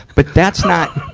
but that's not,